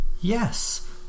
Yes